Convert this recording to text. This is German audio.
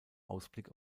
ausblick